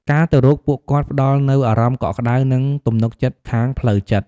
ការទៅរកពួកគាត់ផ្តល់នូវអារម្មណ៍កក់ក្តៅ និងទំនុកចិត្តខាងផ្លូវចិត្ត។